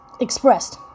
expressed